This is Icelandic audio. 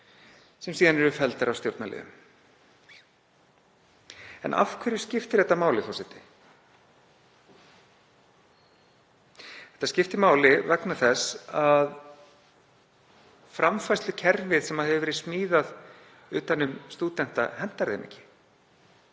sem síðan eru felldar af stjórnarliðum. En af hverju skiptir það máli, forseti? Það skiptir máli vegna þess að framfærslukerfið sem hefur verið smíðað utan um stúdenta hentar þeim ekki.